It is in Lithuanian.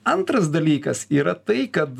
antras dalykas yra tai kad